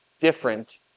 different